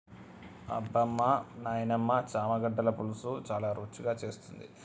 అబ్బమా నాయినమ్మ చామగడ్డల పులుసు చాలా రుచిగా చేస్తుంది